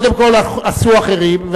קודם כול עשו אחרים,